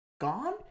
Gone